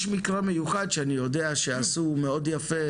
יש מקרה מיוחד שאני יודע שעשו מאוד יפה,